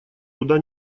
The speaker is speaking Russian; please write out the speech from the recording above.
туда